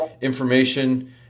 information